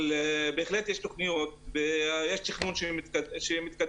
אבל בהחלט יש תוכניות ויש תכנון מתקדם